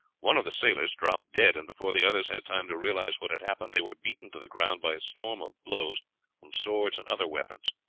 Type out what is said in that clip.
one of the sailors dropped dead, and before the others had time to realize what had happened they were beaten to the ground by a storm of blows from swords and other weapons.